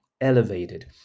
elevated